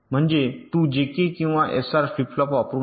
म्हणजे तू जेके किंवा एसआर फ्लिप फ्लॉप वापरू नये